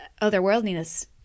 otherworldliness